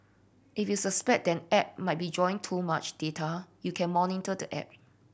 if you suspect that an app might be drawing too much data you can monitor the app